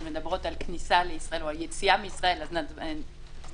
שמדברות על כניסה לישראל או על היציאה מישראל,